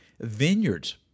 Vineyards